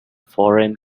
foreign